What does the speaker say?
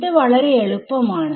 ഇത് വളരെ എളുപ്പം ആണ്